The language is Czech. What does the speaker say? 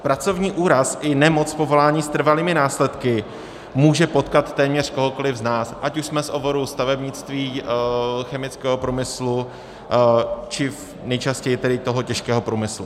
Pracovní úraz i nemoc z povolání s trvalými následky může potkat téměř kohokoli z nás, ať už jsme z oboru stavebnictví, chemického průmyslu, či nejčastěji z toho těžkého průmyslu.